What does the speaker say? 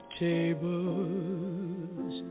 tables